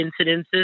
incidences